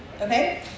Okay